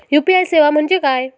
UPI सेवा म्हणजे काय?